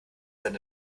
sind